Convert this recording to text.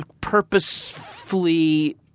purposefully